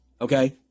Okay